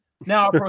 Now